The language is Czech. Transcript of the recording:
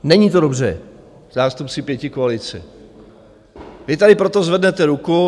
Není to dobře, zástupci pětikoalice, vy tady proto zvednete ruku.